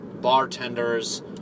bartenders